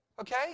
Okay